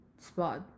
spot